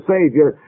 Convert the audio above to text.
Savior